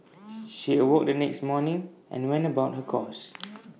she awoke the next morning and went about her chores